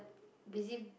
busy